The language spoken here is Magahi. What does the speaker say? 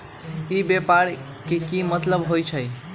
ई व्यापार के की मतलब होई छई?